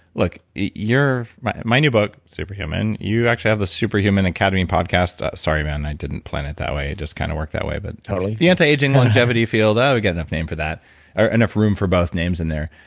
look, my my new book, super human, you actually have the super human academy podcasts. sorry, man. i didn't plan it that way. it just kind of worked that way, but totally the anti-aging longevity field, we've got enough name for that or enough room for both names in there.